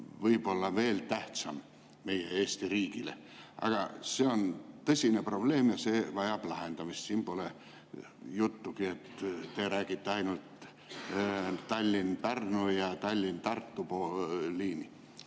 võib-olla veel tähtsam meie Eesti riigile. See on tõsine probleem ja vajab lahendamist. Siin ei saa olla juttugi, et te räägite ainult Tallinna–Pärnu ja Tallinna–Tartu liinist.